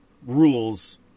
Rules